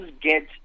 get